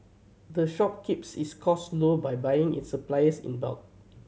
the shop keeps its cost low by buying its supplies in bulk